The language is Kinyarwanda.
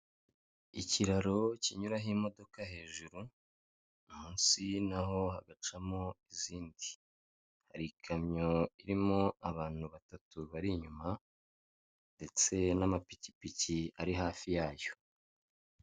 Ikiraro kinyuraraho imodoka hejuru munsi naho hagacamo izindi. Hari ikamyo irimo abantu batatu bari inyuma ndetse n'amapikipiki ari hafi yayo.